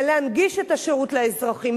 ולהנגיש את השירות לאזרחים,